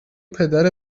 پدر